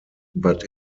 but